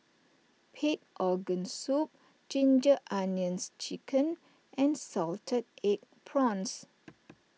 Pig Organ Soup Ginger Onions Chicken and Salted Egg Prawns